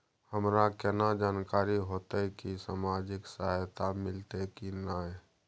हमरा केना जानकारी होते की सामाजिक सहायता मिलते की नय?